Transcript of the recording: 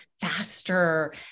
faster